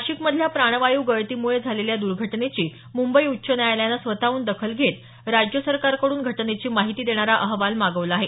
नाशिकमधल्या प्राणवायु गळतीमुळे झालेल्या दुर्घटनेची मुंबई उच्च न्यायालयानं स्वतहून दखल घेत राज्य सरकारकडून घटनेची माहिती देणारा अहवाल मागवला आहे